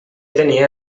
tenia